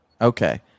okay